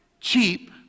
Cheap